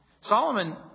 Solomon